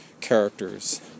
characters